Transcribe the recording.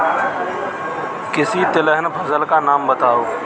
किसी तिलहन फसल का नाम बताओ